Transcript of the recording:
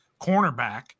cornerback